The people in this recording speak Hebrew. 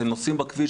אתם נוסעים בכביש,